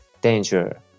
danger